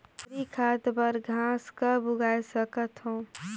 हरी खाद बर घास कब उगाय सकत हो?